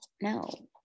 no